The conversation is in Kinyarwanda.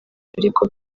ariko